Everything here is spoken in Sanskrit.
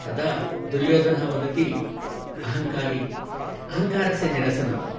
तदा दुर्योधनः वदति अहङ्कारी अहङ्कारस्य निरसनं